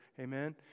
Amen